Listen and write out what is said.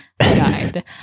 guide